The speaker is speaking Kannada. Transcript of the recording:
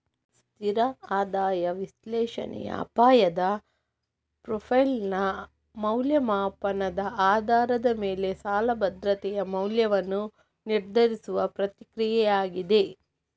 ಸ್ಥಿರ ಆದಾಯ ವಿಶ್ಲೇಷಣೆಯ ಅಪಾಯದ ಪ್ರೊಫೈಲಿನ ಮೌಲ್ಯಮಾಪನದ ಆಧಾರದ ಮೇಲೆ ಸಾಲ ಭದ್ರತೆಯ ಮೌಲ್ಯವನ್ನು ನಿರ್ಧರಿಸುವ ಪ್ರಕ್ರಿಯೆಯಾಗಿದೆ